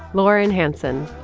lauren hanson.